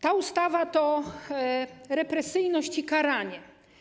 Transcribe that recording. Ta ustawa to represyjność i karanie.